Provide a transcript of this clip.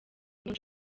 bamwe